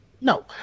No